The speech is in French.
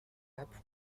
nappe